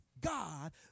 God